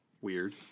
weird